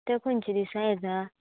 तो खंयचे दिसा येता